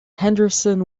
henderson